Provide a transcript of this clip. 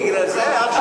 אני, בגלל זה, אח שלי.